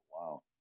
Wow